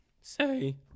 say